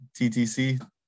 TTC